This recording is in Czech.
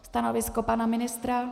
Stanovisko pana ministra?